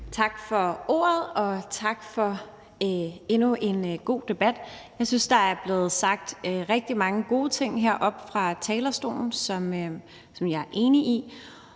Tak for ordet, og tak for endnu en god debat. Jeg synes, der er blevet sagt rigtig mange gode ting heroppe fra talerstolen, som jeg er enig i.